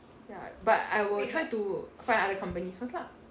ya but I will try to find other companies first lah